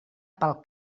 pel